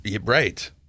right